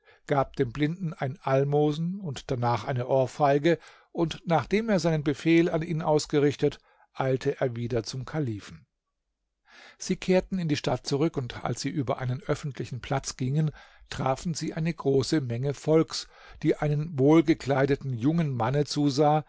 gab dem blinden ein almosen und danach eine ohrfeige und nachdem er seinen befehl an ihn ausgerichtet eilte er wieder zum kalifen sie kehrten in die stadt zurück und als sie über einen öffentlichen platz gingen trafen sie eine große menge volks die einem wohlgekleideten jungen manne zusah